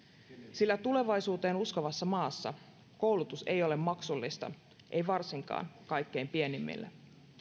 sillä tulevaisuuteen uskovassa maassa koulutus ei ole maksullista ei varsinkaan kaikkein pienimmille